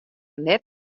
net